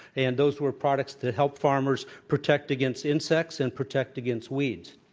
and those were products that helped farmers protect against insects and protect against weeds.